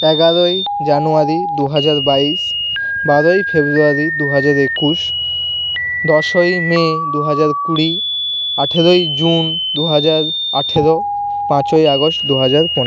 এগারোই জানুয়ারি দুহাজার বাইশ বারোই ফেব্রুয়ারি দুহাজার একুশ দশই মে দুহাজার কুড়ি আঠেরোই জুন দুহাজার আঠেরো পাঁচই আগস্ট দুহাজার পোন